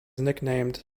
nicknamed